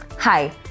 Hi